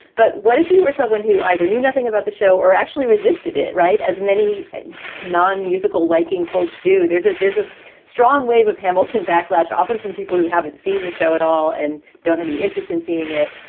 but what if you were someone who either knew nothing about the show or actually resisted it? right. as many nonmusical liking folks do. there's a there's a strong wave of hamilton backlash often from people who haven't seen the show at all and don't have any interest in seeing it.